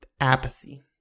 apathy